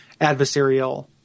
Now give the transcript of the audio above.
adversarial –